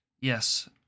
yes